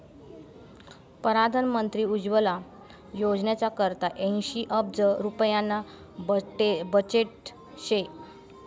परधान मंत्री उज्वला योजनाना करता ऐंशी अब्ज रुप्याना बजेट शे